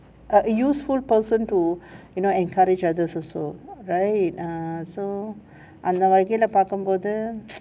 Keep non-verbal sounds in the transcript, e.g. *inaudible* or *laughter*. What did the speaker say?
a useful person to you know encourage others also right ah so அந்த வகையில பாக்கும்போது:antha vagayila paakumbothu *noise*